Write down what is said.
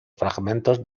fragmentos